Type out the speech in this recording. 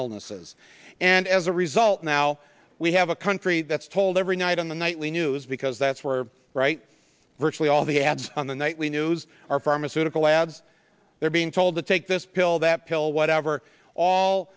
illnesses and as a result now we have a country that's told every night on the nightly news because that's were right virtually all the ads on the nightly news are pharmaceutical ads they're being told to take this pill that pill whatever all